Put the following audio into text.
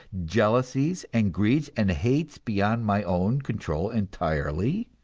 jealousies and greeds and hates beyond my own control entirely?